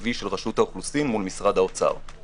תקציבי של רשות האוכלוסין מול משרד האוצר.